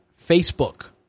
Facebook